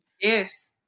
Yes